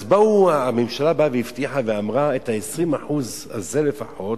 אז הממשלה באה והבטיחה ואמרה: ה-20% האלה לפחות,